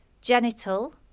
genital